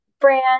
brand